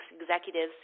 executives